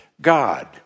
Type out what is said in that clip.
God